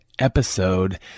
episode